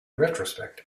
retrospect